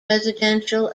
residential